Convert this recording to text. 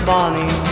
Bonnie